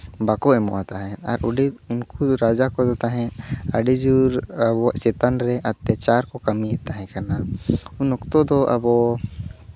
ᱵᱟᱠᱚ ᱮᱢᱚᱜᱼᱟ ᱛᱟᱦᱮᱸᱫ ᱟᱨ ᱟᱹᱰᱤ ᱩᱱᱠᱩ ᱨᱟᱡᱟ ᱠᱚᱫᱚ ᱛᱟᱦᱮᱸᱫ ᱟᱹᱰᱤ ᱡᱳᱨ ᱟᱵᱚᱣᱟᱜ ᱪᱮᱛᱟᱱ ᱨᱮ ᱚᱛᱛᱟᱪᱟᱨ ᱠᱚ ᱠᱟᱹᱢᱤᱭᱮᱫ ᱠᱟᱱ ᱛᱟᱦᱮᱸ ᱠᱟᱱᱟ ᱩᱱ ᱚᱠᱛᱚ ᱫᱚ ᱟᱵᱚ